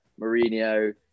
Mourinho